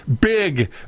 big